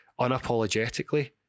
Unapologetically